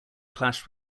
clashed